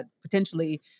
potentially